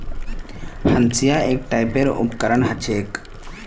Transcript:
हंसिआ एक टाइपेर उपकरण ह छेक